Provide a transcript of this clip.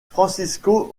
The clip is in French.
francisco